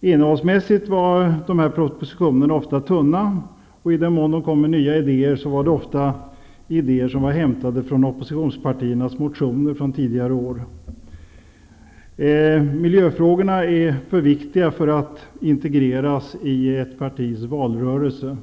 Innehållsmässigt var dessa propositioner ofta tunna. Och i den mån som de innehöll nya idéer var det ofta idéer som var hämtade från oppositionspartiernas motioner från tidigare år. Miljöfrågorna är för viktiga för att integreras i ett partis valrörelse.